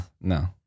no